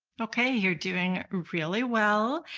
okay you're doing really well!